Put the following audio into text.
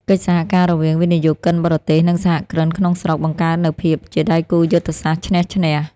កិច្ចសហការរវាងវិនិយោគិនបរទេស និងសហគ្រិនក្នុងស្រុក បង្កើតនូវភាពជាដៃគូយុទ្ធសាស្ត្រឈ្នះ-ឈ្នះ។